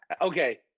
Okay